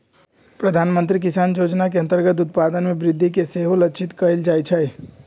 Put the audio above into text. प्रधानमंत्री किसान जोजना के अंतर्गत उत्पादन में वृद्धि के सेहो लक्षित कएल जाइ छै